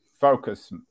focus